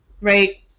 right